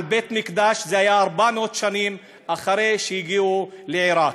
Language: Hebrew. בית-מקדש זה היה 400 שנים אחרי שהגיעו לעיראק.